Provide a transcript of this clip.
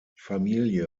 familie